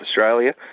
Australia